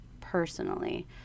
personally